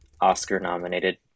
Oscar-nominated